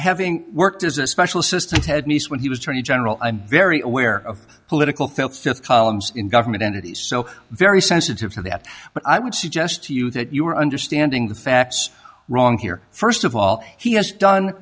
having worked as a special assistant had nice when he was twenty general i'm very aware of political felt columns in government entities so very sensitive to that but i would suggest to you that you are understanding the facts wrong here first of all he has done